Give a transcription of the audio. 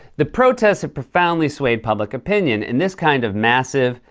the protests have profoundly swayed public opinion. and this kind of massive,